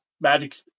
Magic